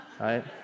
Right